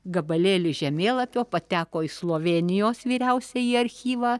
gabalėlis žemėlapio pateko į slovėnijos vyriausiąjį archyvą